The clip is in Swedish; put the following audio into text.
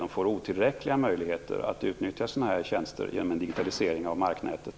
De får otillräckliga möjligheter att utnyttja dessa tjänster genom en digitalisering av marknätet.